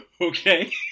Okay